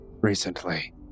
recently